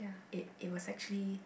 it it was actually